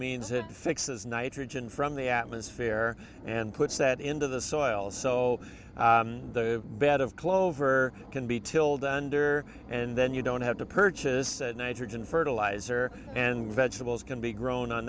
means it fixes nitrogen from the atmosphere and puts that into the soil so the bed of clover can be tilled under and then you don't have to purchase nitrogen fertilizer and vegetables can be grown on